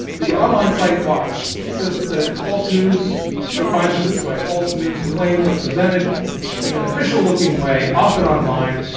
the online site vox says that false news defines it this way. false news claims are presented in an official looking way, often online,